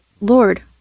Lord